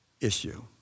issue